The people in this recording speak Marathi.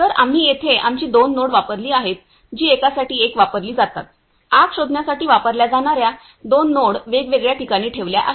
तर आम्ही येथे आमची दोन नोड वापरली आहेत जी एकासाठी एक वापरली जातात आग शोधण्यासाठी वापरल्या जाणार्या दोन नोड वेगवेगळ्या ठिकाणी ठेवल्या आहेत